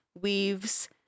weaves